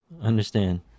understand